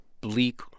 bleak